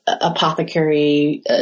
apothecary